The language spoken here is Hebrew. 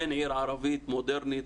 אין עיר ערבית מודרנית,